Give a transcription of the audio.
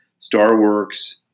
Starworks